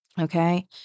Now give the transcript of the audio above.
okay